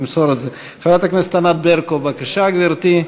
חברת הכנסת ענת ברקו, בבקשה, גברתי,